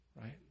right